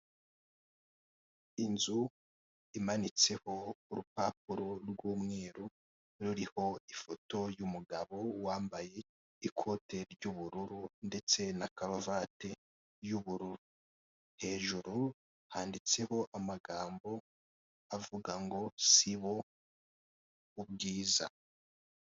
Inzu imanitseho urupapuro rw'umweru ruriho ifoto y'umugabo wambaye ikote ry'ubururu ndetse na karuvate y'ubururu, hejuru handitseho amagambo avuga ngo sibo ubwiza.